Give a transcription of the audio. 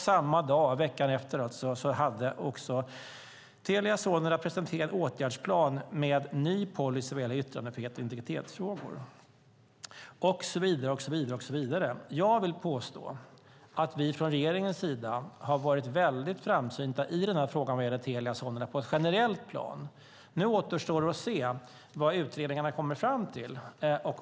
Samma dag, veckan efter alltså, presenterade Telia Sonera en åtgärdsplan med en ny policy vad gäller yttrandefrihets och integritetsfrågor. Jag vill påstå att vi från regeringens sida har varit väldigt framsynta i frågan vad gäller Telia Sonera på ett generellt plan. Nu återstår det att se vad utredningarna kommer fram till.